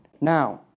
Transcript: Now